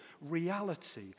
reality